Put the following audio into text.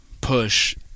push